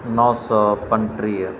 नौ सौ पंटीह